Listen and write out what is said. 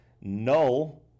null